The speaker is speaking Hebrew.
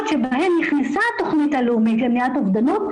שבהן נכנסה התכנית הלאומית למניעת אובדנות,